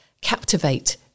captivate